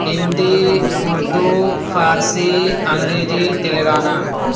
Hindi Urdu Farsi Angrezi Telangana